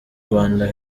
rwandan